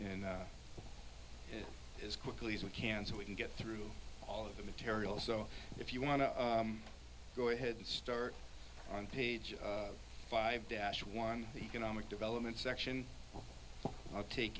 and as quickly as we can so we can get through all of the material so if you want to go ahead and start on page five dash one economic development section i'll take